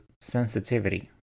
sensitivity